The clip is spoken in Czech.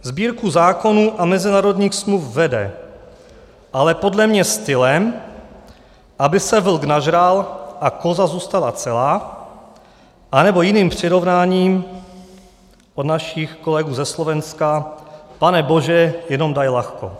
Sbírku zákonů a mezinárodních smluv vede, ale podle mě stylem, aby se vlk nažral a koza zůstala celá, anebo jiným přirovnáním od našich kolegů ze Slovenska, pane bože, jenom daj ľahko.